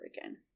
again